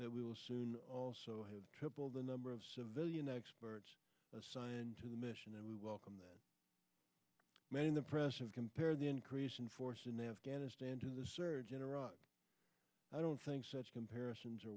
that we will soon have triple the number of civilian experts assigned to the mission and we welcome that many in the press and compare the increase in force in afghanistan to the surge in iraq i don't think such comparisons are